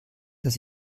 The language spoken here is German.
dass